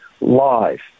live